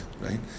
right